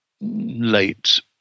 late